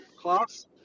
class